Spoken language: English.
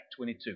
22